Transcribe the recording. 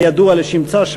הידוע לשמצה,